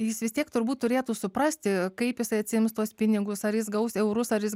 jis vis tiek turbūt turėtų suprasti kaip jisai atsiims tuos pinigus ar jis gaus eurus ar jis